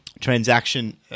Transaction